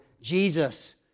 Jesus